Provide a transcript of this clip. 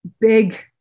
big